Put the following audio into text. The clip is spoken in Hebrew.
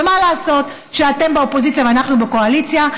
ומה לעשות שאתם באופוזיציה ואנחנו בקואליציה.